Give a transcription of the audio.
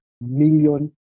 million